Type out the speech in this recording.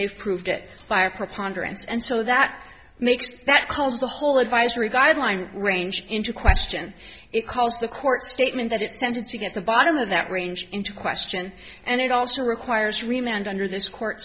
they've proved it by a preponderance and so that makes that caused the whole advisory guideline range into question it calls the court statement that extended to get the bottom of that range into question and it also requires remained under this court